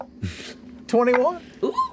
21